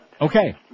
Okay